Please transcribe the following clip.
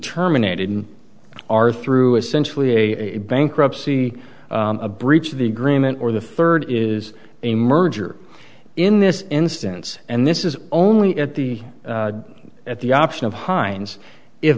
terminated and are through essentially a bankruptcy a breach of the agreement or the third is a merger in this instance and this is only at the at the option of heinz if